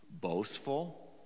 boastful